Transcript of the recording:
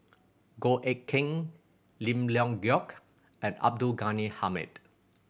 Goh Eck Kheng Lim Leong Geok and Abdul Ghani Hamid